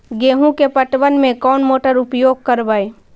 गेंहू के पटवन में कौन मोटर उपयोग करवय?